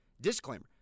Disclaimer